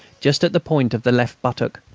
just at the point of the left buttock.